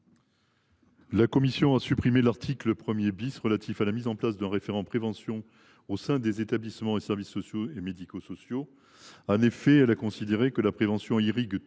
La commission a supprimé l’article 1 relatif à la mise en place d’un référent prévention au sein des établissements ou services sociaux et médico sociaux. En effet, elle a considéré que la prévention irrigue